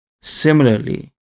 Similarly